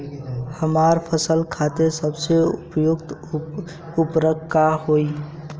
हमार फसल खातिर सबसे उपयुक्त उर्वरक का होई?